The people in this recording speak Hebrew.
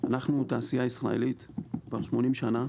אנחנו תעשייה ישראלית כבר 80 שנים,